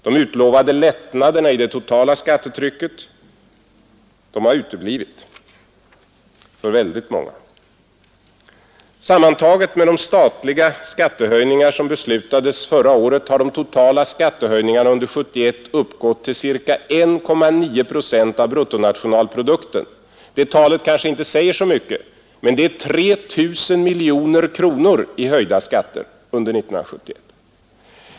De utlovade lättnaderna i det totala skattetrycket har uteblivit för många. Sammantaget med de statliga skattehöjningar som beslutades förra året har de totala skattehöjningarna under 1971 uppgått till ca 1,9 procent av bruttonationalprodukten. Det talet kanske inte säger så mycket, men det är 3 000 miljoner kronor i höjda skatter under 1971.